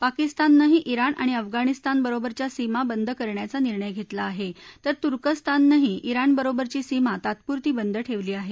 पाकिस्ताननंही ताण आणि अफगाणिस्तानबरोबरच्या सीमा बंद करण्याचा निर्णय घेतला आहे तर तुर्कस्ताननंही ताणबरोबरची सीमा तात्पुरती बंद ठेवली आहे